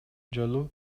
жолу